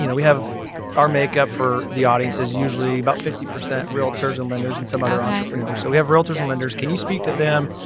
you know we have our makeup for the audiences, usually about fifty percent realtors and lenders and some other entrepreneurs. so we have realtors and lenders. can you speak to them?